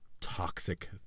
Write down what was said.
toxic